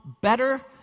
better